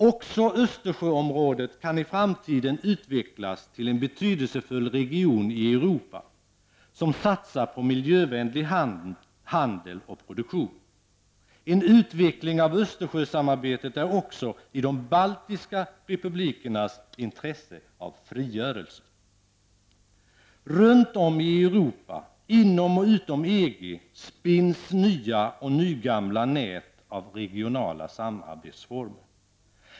Också Östersjöområdet kan i framtiden utvecklas till en betydelsefull region i Europa som satsar på miljövänlig handel och produktion. En utveckling av Östersjösamarbetet är också i de baltiska republikernas intresse av frigörelse. Runt om i Europa -- inom och utom EG -- spinns nya och nygamla nät av regionala samarbetsformer.